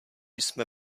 jsme